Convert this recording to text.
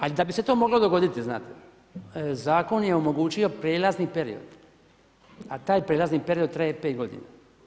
Ali da bi se to moglo dogoditi, znate, zakon je omogućio prijelazni period a taj prijelazni period traje 5 godina.